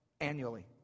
annually